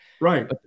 Right